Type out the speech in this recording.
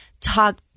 talk